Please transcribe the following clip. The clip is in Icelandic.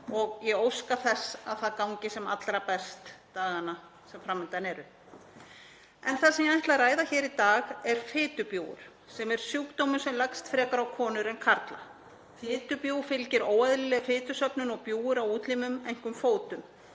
og ég óska þess að það gangi sem allra best dagana sem fram undan eru. En það sem ég ætla að ræða hér í dag er fitubjúgur, sem er sjúkdómur sem leggst frekar á konur en karla. Fitubjúgur er óeðlileg fitusöfnun og bjúgur á útlimum, einkum fótum;